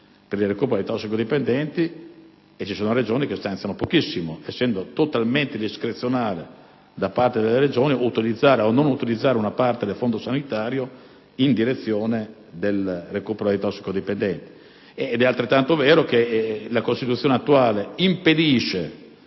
per il recupero dei tossicodipendenti, rispetto ad altre che stanziano pochissimo. D'altronde, è totalmente discrezionale da parte delle Regioni utilizzare o non utilizzare una parte del Fondo sanitario in direzione del recupero dei tossicodipendenti. È altrettanto vero che la Costituzione attuale impedisce